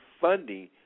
funding